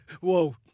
whoa